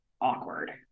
awkward